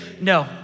no